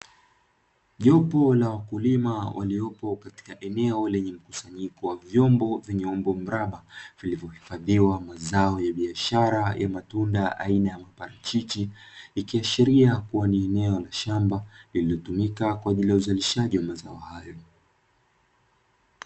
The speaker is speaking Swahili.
Jopo la wakulima waliopo katika eneo lenye mkusanyiko wa vyombo vyenye umbo mraba vilivyo hifadhiwa, mazao ya biashara ya matunda aina ya mparachichi, ikiashiria kua ni eneo la shamba linalotumika kwa ajili ya uzalishaji wa mazao hayo.